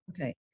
okay